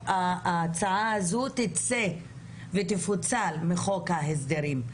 היינו רוצות שההצעה הזאת תפוצל מחוק ההסדרים,